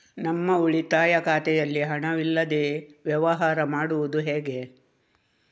ನಮ್ಮ ಉಳಿತಾಯ ಖಾತೆಯಲ್ಲಿ ಹಣವಿಲ್ಲದೇ ವ್ಯವಹಾರ ಮಾಡುವುದು ಹೇಗೆ?